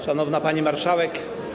Szanowna Pani Marszałek!